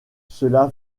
cela